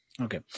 Okay